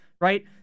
right